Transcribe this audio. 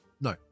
No